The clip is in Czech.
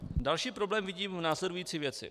Další problém vidím v následující věci.